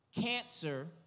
cancer